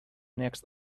next